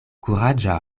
kuraĝa